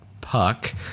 Puck